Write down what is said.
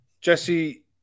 Jesse